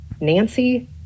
Nancy